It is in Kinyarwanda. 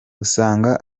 usanga